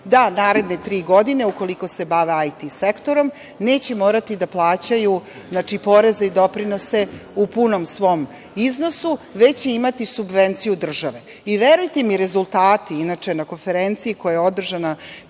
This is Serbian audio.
da naredne tri godine ukoliko se bave IT sektorom neće morati da plaćaju poreze i doprinose u punom svom iznosu, već će imati subvenciju države. Verujte mi, rezultati, inače na konferenciji koja je održana,